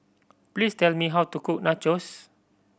please tell me how to cook Nachos